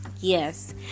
yes